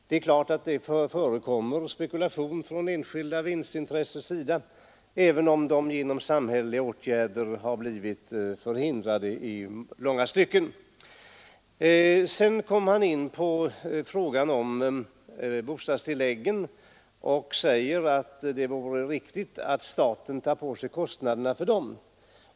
Det är klart att det förekommer spekulation från enskilda vinstintressens sida, även om dessa genom samhälleliga åtgärder blivit förhindrade i långa stycken. Herr Claeson kom sedan in på reservationen om bostadstilläggen och sade att det vore riktigt att staten tar på sig kostnaderna för dem.